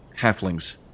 halflings